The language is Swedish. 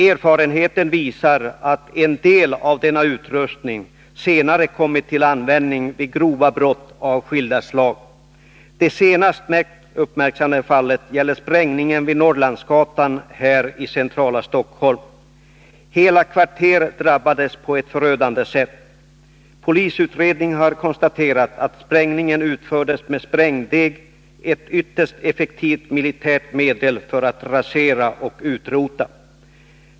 Erfarenheten visar att en del av denna utrustning senare kommer till användning vid grova brott av skilda slag. Det senaste uppmärksammade fallet är sprängningen vid Norrlandsgatan här i centrala Stockholm. Hela kvarter drabbades på ett förödande sätt. Polisutredningen har konstaterat att sprängningen utfördes med sprängdeg, ett ytterst effektivt militärt medel för att rasera och utrota.